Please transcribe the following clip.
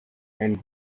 and